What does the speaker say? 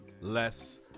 less